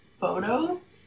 photos